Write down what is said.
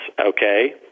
Okay